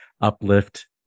uplift